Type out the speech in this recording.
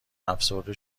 افسرده